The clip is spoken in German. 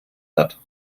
hat